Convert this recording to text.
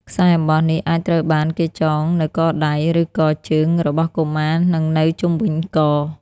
ខ្សែអំបោះនេះអាចត្រូវបានគេចងនៅកដៃ ឬកជើងរបស់កុមារ និងនៅជុំវិញក។